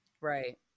Right